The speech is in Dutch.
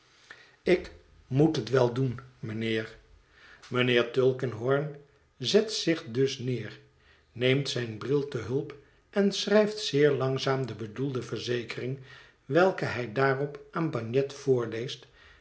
ik moet het wel doen mijnheer mijnheer tulkinghorn zet zich dus neer neemt zijn bril te hulp en schrijft zeer langzaam de bedoelde verzekering welke hij daarop aan bagnet voorleest